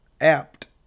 apt